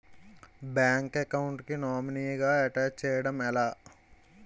Bank account కి nominee గా attach చేయడం ఎలా?